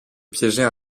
piéger